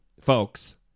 folks